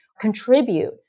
contribute